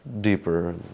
deeper